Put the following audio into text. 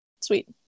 Sweet